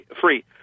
free